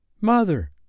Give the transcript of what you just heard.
Mother